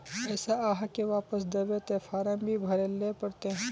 पैसा आहाँ के वापस दबे ते फारम भी भरें ले पड़ते?